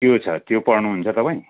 त्यो छ त्यो पढ्नुहुन्छ तपाईँ